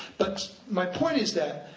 but my point is that,